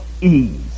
ease